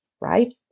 right